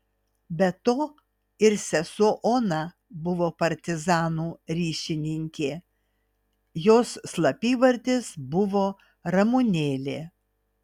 be to ir sesuo ona buvo partizanų ryšininkė jos slapyvardis buvo ramunėlė